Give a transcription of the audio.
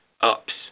ups